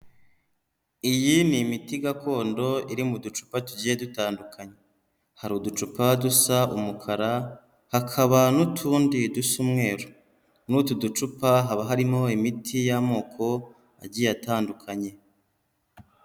Iyi ni imiti gakondo iri mu ducupa tugiye dutandukanye hari uducupa dusa umukara hakaba n'utundi dusa umweru, muri utu ducupa haba harimo imiti y'amoko agiye atandukanye.